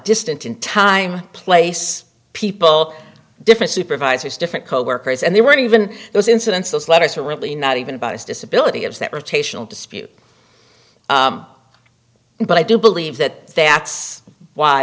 distant in time place people different supervisors different coworkers and there were even those incidents those letters are really not even about his disability it's that rotational dispute but i do believe that that's why